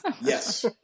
yes